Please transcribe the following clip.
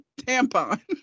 tampon